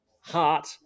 heart